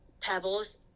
pebbles